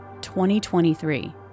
2023